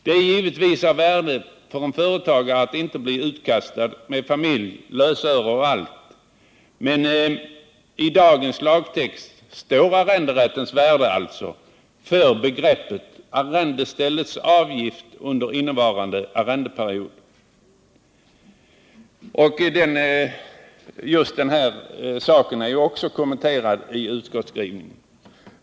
Det är givetvis av värde för en företagare att inte bli utkastad med familj, lösöre och allt, men i dagens lagtext står ”arrenderättens värde” alltså för begreppet arrendeställets avgift under innevarande arrendeperiod. Just den saken är också kommenterad i utskottets skrivning.